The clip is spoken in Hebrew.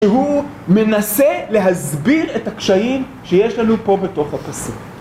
הוא מנסה להסביר את הקשיים שיש לנו פה בתוך הפסוק